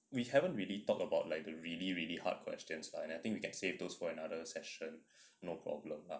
we haven't really talked about like the really really hard questions lah and I think we can save those for another session no problem lah